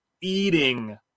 eating